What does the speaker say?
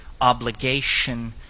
obligation